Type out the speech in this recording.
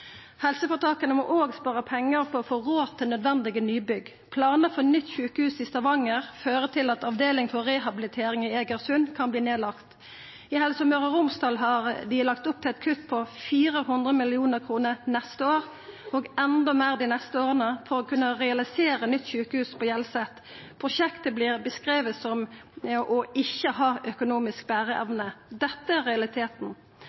Helseføretaka må òg spara pengar for å få råd til nødvendige nybygg. Planane for nytt sjukehus i Stavanger fører til at avdelinga for rehabilitering i Egersund kan verta lagd ned. I Helse Møre og Romsdal har dei lagt opp til eit kutt på 400 mill. kr til neste år, og enda meir dei neste åra, for å kunna realisera nytt sjukehus på Hjelset. Prosjektet vert beskrive som å ikkje ha økonomisk bereevne. Dette er realiteten.